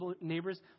neighbor's